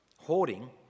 Hoarding